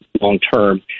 long-term